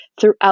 throughout